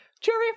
Jerry